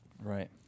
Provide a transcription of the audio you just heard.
Right